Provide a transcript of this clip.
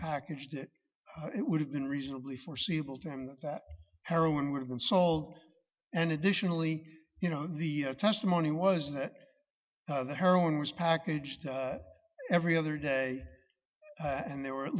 packaged it it would have been reasonably foreseeable time that heroin would have been sold and additionally you know the testimony was that the heroin was packaged every other day and there were at